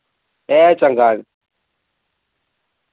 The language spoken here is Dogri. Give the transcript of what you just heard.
ए चंगा